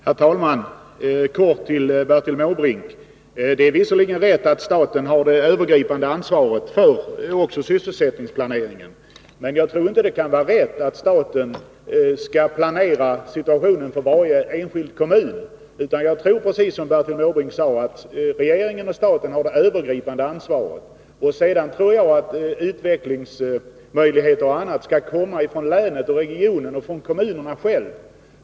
Herr talman! Låt mig kortfattat säga några ord till Bertil Måbrink. Det är visserligen riktigt att staten har det övergripande ansvaret för sysselsättningsplaneringen, men det kan inte vara rätt att staten skall behöva planera för varje enskild kommun. Regeringen och riksdagen skall, som Bertil Måbrink själv sade, ha det övergripande ansvaret. Idéer om utvecklingsmöjligheter och annat får sedan framföras av länen, regionerna och kommunerna själva.